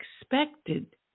expected